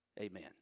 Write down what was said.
Amen